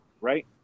right